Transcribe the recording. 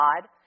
God